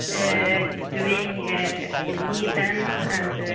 and doing ah knee bends and,